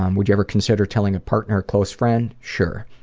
um would you ever consider telling a partner or close friend sure.